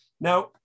Now